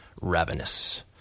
Ravenous